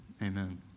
amen